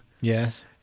Yes